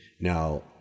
Now